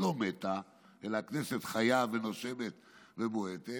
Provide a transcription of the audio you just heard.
לא מתה אלא הכנסת חיה ונושמת ובועטת,